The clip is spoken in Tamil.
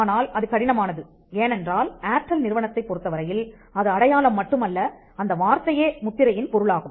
ஆனால் அது கடினமானது ஏனென்றால் ஏர்டெல் நிறுவனத்தைப் பொறுத்த வரையில் அது அடையாளம் மட்டுமல்ல அந்த வார்த்தையே முத்திரையின் பொருளாகும்